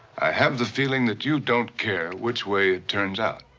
i have the feeling that you don't care which way it turns out.